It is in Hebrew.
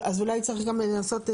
אז אולי צריך גם לנסות,